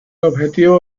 objetivo